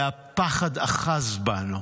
הפחד אחז בנו,